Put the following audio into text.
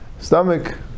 Stomach